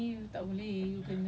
they never like say anything lah